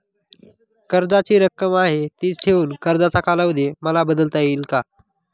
कर्जाची रक्कम आहे तिच ठेवून कर्जाचा कालावधी मला बदलता येईल का?